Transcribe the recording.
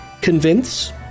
convince